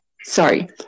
sorry